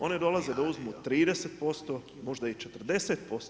Oni dolaze da uzmu 30%, možda i 40%